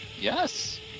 Yes